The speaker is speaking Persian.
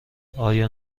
آیا